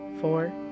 four